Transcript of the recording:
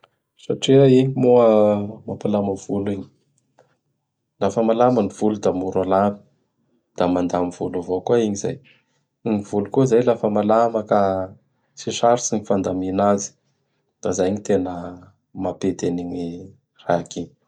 Satria igny moa mampalama volo igny. Lafa malama ny volo da mora alamy. Da mandamy volo avao igny izay. Gnyy volo koa izay laha fa malama ka tsy tsarotsy gny fandamigna azy. Da zay gny tena mapety an'igny raiky igny.